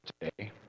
today